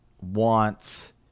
wants